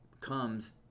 comes